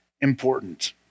important